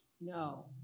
No